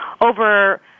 over –